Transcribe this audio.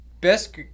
best